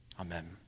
Amen